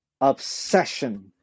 obsession